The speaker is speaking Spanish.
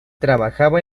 trabajaba